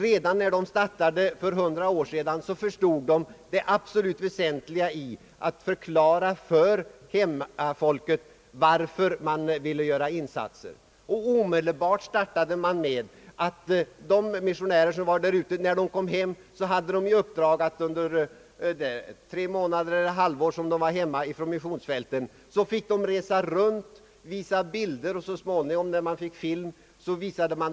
Redan när de startade för hundra år sedan, förstod de det absolut väsentliga i att förklara för hemmafolket varför man ville göra insatser. Man startade omedelbart. De missionärer som varit där ute och kom hem tre månader eller ett halvår fick i uppdrag att medan de var hemma från missionsfälten resa runt och hålla föredrag, visa bilder och så småningom även film.